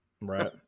Right